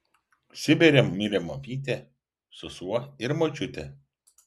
sibire mirė mamytė sesuo ir močiutė